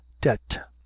debt